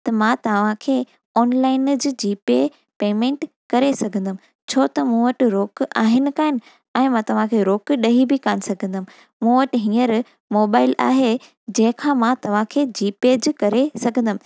त मां तव्हांखे ऑनलाइन जी पे पेमेंट करे सघंदमि छो त मूं वटि रोक आहिनि कोन्ह ऐं मां तव्हांखे रोक ॾेई बि कोन्ह सघंदमि मूं वटि हीअंर मोबाइल आहे जंहिंखा मां तव्हांखे जी पे करे सघंदमि